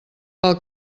pel